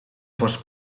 fos